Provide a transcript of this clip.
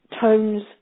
tones